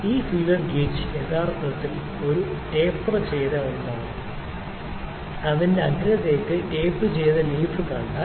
ഈ feeler gauge യഥാർത്ഥത്തിൽ ഒരു ടേപ്പർ ചെയ്ത ഒന്നാണ് അതിന്റെ അഗ്രത്തേക്ക് ടാപ്പുചെയ്ത ലീഫ് കണ്ടാൽ